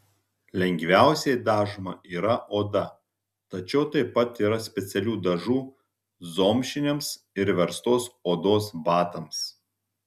lengviausiai dažoma yra oda tačiau taip pat yra specialių dažų zomšiniams ir verstos odos batams